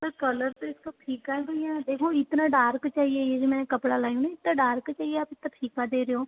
पर कलर तो इसका फीका है भैया देखो इतना डार्क चाहिए यह जो मैंने कपड़ा लाई हूँ ना इतना डार्क चाहिए आप इतना फीका दे रहे हो